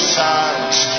silence